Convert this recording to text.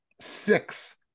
six